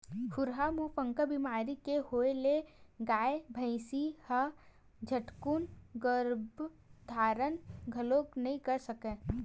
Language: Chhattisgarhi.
खुरहा मुहंपका बेमारी के होय ले गाय, भइसी ह झटकून गरभ धारन घलोक नइ कर सकय